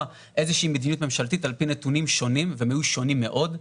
איזה שהיא מדיניות ממשלתית על פי נתונים שונים והם היו שונים מאוד.